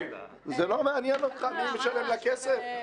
לא מעניין אותך מי משלם לה כסף?